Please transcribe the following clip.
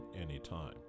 anytime